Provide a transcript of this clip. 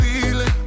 feeling